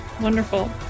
Wonderful